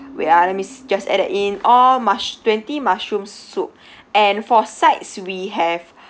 wait ah let me see just add it in all mush~ twenty mushroom soup and for sides we have